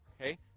Okay